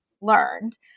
learned